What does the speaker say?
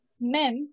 men